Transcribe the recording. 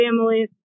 families